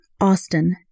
Austin